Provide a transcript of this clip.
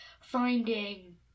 finding